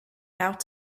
out